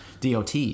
DOT